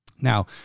Now